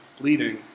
bleeding